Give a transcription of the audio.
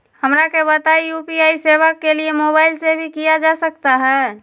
हमरा के बताइए यू.पी.आई सेवा के लिए मोबाइल से भी किया जा सकता है?